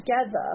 together